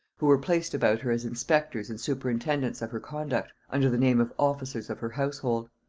who were placed about her as inspectors and superintendants of her conduct, under the name of officers of her household.